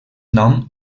nom